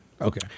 Okay